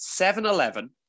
7-Eleven